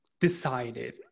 decided